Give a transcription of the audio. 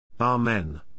Amen